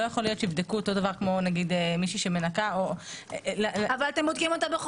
יבדקו מישהי שמנקה באותה מידה שיבדקו עובד שבא